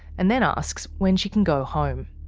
and then asks when she can go home.